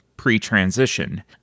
pre-transition